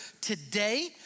today